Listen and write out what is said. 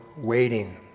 waiting